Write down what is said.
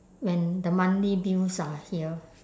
when the monthly bills are here